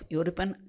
European